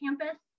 campus